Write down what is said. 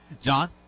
John